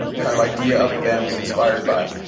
kind of idea of the band was inspired by.